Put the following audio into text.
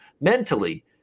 Mentally